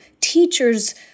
teachers